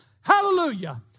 Hallelujah